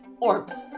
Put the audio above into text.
Orbs